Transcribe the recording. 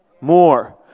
More